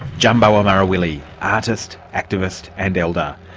djambawa marawili, artist, activist and elder.